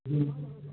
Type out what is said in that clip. हुँ